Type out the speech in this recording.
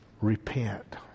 Repent